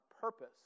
purpose